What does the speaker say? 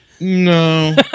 No